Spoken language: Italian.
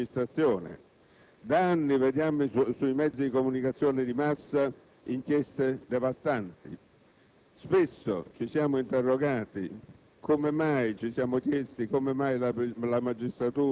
Le istituzioni in Campania hanno l'autorità formale, i poteri, ma hanno perso qualsiasi autorevolezza. E nello spazio che divide appunto la forma, cioè l'autorità,